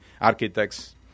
architects